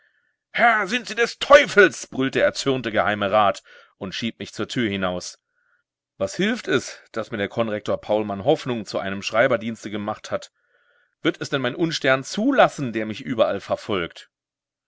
herr sind sie des teufels brüllt der erzürnte geheime rat und schiebt mich zur tür hinaus was hilft es daß mir der konrektor paulmann hoffnung zu einem schreiberdienste gemacht hat wird es denn mein unstern zulassen der mich überall verfolgt